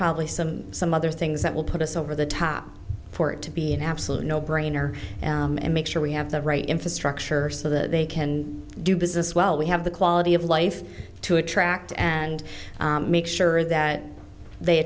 probably some some other things that will put us over the top for it to be an absolute no brainer and make sure we have the right infrastructure so that they can do business well we have the quality of life to attract and make sure that they